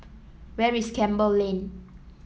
where is Campbell Lane